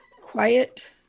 quiet